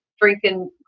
drinking